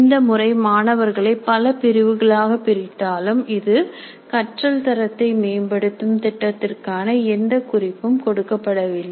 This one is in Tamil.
இந்த முறை மாணவர்களை பல பிரிவுகளாக பிரித்தாலும் இது கற்றல் தரத்தை மேம்படுத்தும் திட்டத்திற்கான எந்த குறிப்பும் கொடுக்கவில்லை